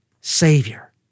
Savior